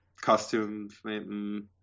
Costumes